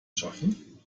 schaffen